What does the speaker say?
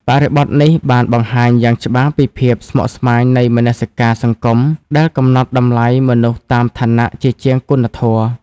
បរិបទនេះបានបង្ហាញយ៉ាងច្បាស់ពីភាពស្មុគស្មាញនៃមនសិការសង្គមដែលកំណត់តម្លៃមនុស្សតាមឋានៈជាជាងគុណធម៌។